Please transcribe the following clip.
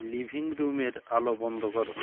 living রুমের আলো বন্ধ করো